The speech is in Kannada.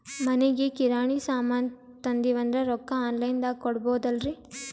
ಮನಿಗಿ ಕಿರಾಣಿ ಸಾಮಾನ ತಂದಿವಂದ್ರ ರೊಕ್ಕ ಆನ್ ಲೈನ್ ದಾಗ ಕೊಡ್ಬೋದಲ್ರಿ?